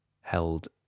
held